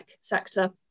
sector